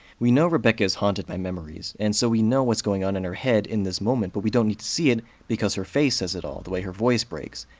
we know rebecca is haunted by memories, and so we know what's going on in her head in this moment, but we don't need to see it because her face says it all, the way her voice breaks.